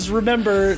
remember